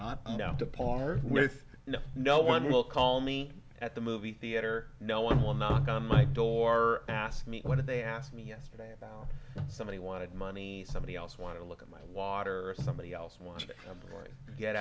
up to par with you know no one will call me at the movie theater no one will knock on my door ask me when they asked me yesterday about somebody wanted money somebody else want to look at my water or somebody else wants to get